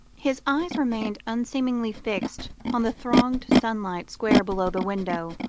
his eyes remained unseeingly fixed on the thronged sunlit square below the window.